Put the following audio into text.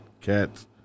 cats